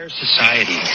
society